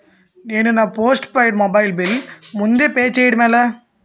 నేను నా postpaid mobile bill ముందే పే చేయడం ఎలా?